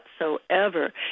whatsoever